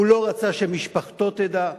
הוא לא רצה שמשפחתו תדע,